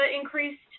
increased